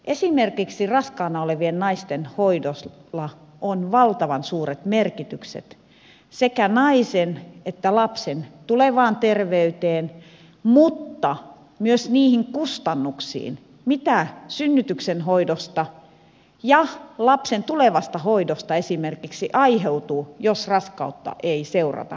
esimerkiksi raskaana olevien naisten hoidolla on valtavan suuret merkitykset sekä naisen että lapsen tulevaan terveyteen mutta myös niihin kustannuksiin mitä synnytyksen hoidosta ja lapsen tulevasta hoidosta esimerkiksi aiheutuu jos raskautta ei seurata ja hoideta